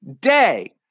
day